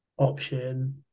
option